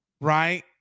Right